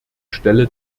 stelle